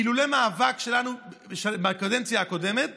אילולא מאבק שלנו בקדנציה הקודמת